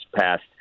passed